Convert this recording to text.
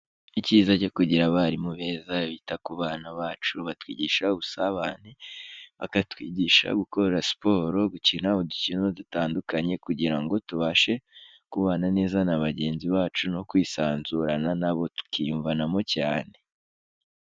Icyiza cyo kugira abarimu beza bita ku bana bacu, batwigisha ubusabane, bakatwigisha gukora siporo, gukina udukino dutandukanye, kugira ngo tubashe kubana neza na bagenzi bacu no kwisanzurana nabo, tukiyumvanamo cyane.